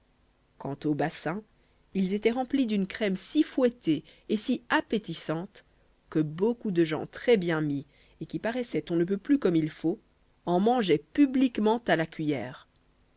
quant aux bassins ils étaient remplis d'une crème si fouettée et si appétissante que beaucoup de gens très bien mis et qui paraissaient on ne peut plus comme il faut en mangeaient publiquement à la cuiller